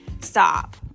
stop